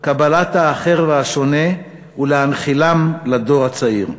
וקבלת האחר והשונה ולהנחילם לדור הצעיר.